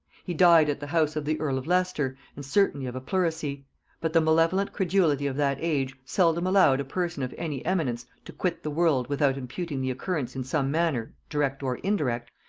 he died at the house of the earl of leicester, and certainly of a pleurisy but the malevolent credulity of that age seldom allowed a person of any eminence to quit the world without imputing the occurrence in some manner, direct or indirect,